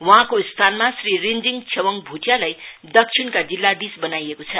वहाँको स्थानमा श्री रिन्जीङ छेवाङ भुटियालाई दक्षिणका जिल्लाधीश बनाइएको छ